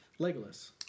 Legolas